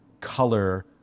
color